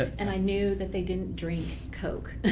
and i knew that they didn't drink coke.